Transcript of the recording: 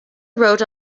wrote